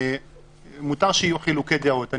מותר שיהיו חילוקי דעות.